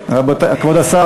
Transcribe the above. כבוד השר